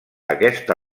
aquesta